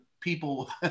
people